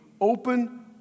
open